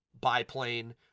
biplane